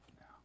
now